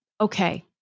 okay